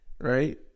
right